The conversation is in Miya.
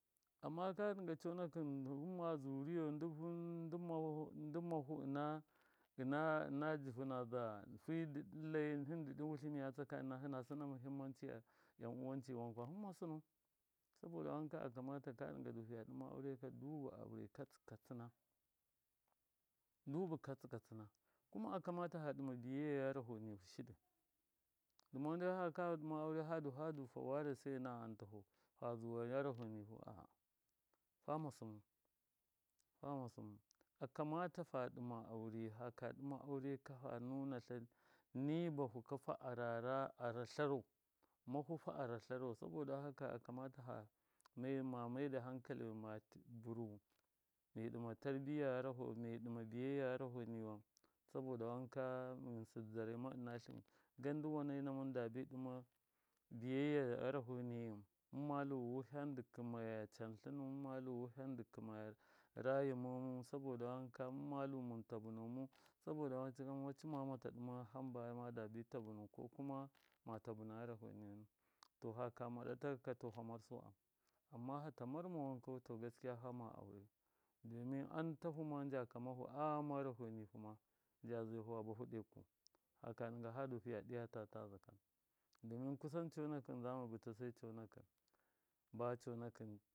Amma ka ɗɨgandu hɨmma zuri yau ndɨ-ndɨ- mahu ɨna-ɨna- jɨfɨ naza fidɨɗɨ lai hɨndɨ ɗɨ wutlɨmi a tsaka nɨna hɨna sɨna muhimmanciya yan. uwanci wankwa hɨmma sɨnau muhṫmaci yan, uwaci wankwa hɨmma sɨnau saboda wanka aka mata ka ɗɨng du fiya ɗɨma aureka dubu katsɨ katsɨna kuma akamata fa ɗɨma biyayya gharaho nihu shɨɗɨ dɨma nai haka ɗɨma aure ka hadu, fadu fa ware sai ɨna antahu fa zuwa gharaho nifu a. a fama sɨmu, fama sɨmu akamata fa ɗɨma aure haka ɗɨma aure ka fa nunatla ni bahu ka aratla rau mafufa aratla rau saboda haka akamata ma nai ma mai dai hankali mati bɨruwɨn mi ɗɨma tarbiya gharaho mi ɗɨma biyayya gharaho niwan saboda wanka ghɨsɨ dɨ dzare ma ɨnatlɨn gandɨ wane na mɨndabi ɗɨ biyayya gharaho niyim mɨmmalu wiham dɨ kɨmaya cantlɨmu, mɨmmalu wiham dɨ kɨmaya rayimu saboda wanka mɨmmalu mɨn tabɨnomu saboda wanka macɨma mata ɗɨma hamba madabi tabɨnuwɨn ko kuma ma tabɨna gharaho niwanu to haka mara ta kaka to ha marsu am, amma fata marma wanka, to gaskiya fama aurayu domin antahu ma nja kamahu aghama gharaho nihu ma nja zaihu fa bahu ɗeku. Haka ɗɨnga hadu fiya ɗiya ta tazaka domin kusan conakɨn zamanɨ bɨta sai conakɨn ba conakɨn.